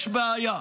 יש בעיה.